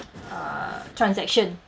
uh transaction